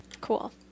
Cool